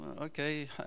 okay